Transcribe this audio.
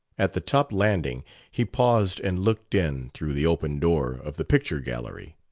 at the top landing he paused and looked in through the open door of the picture-gallery.